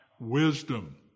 wisdom